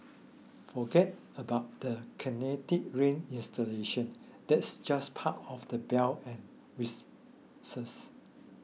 forget about the Kinetic Rain installation that's just part of the bell and whistles